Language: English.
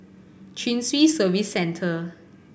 Chin Swee Service Centre